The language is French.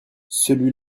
celui